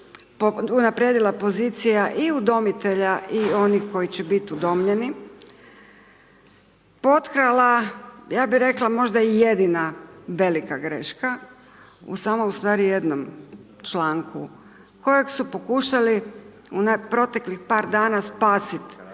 unaprijedila pozicija i udomitelja i onih koji će biti udomljeni, potkrala ja bi rekla možda i jedina velika greška u samom ustvari jednom članku kojeg su pokušali proteklih par dana spasiti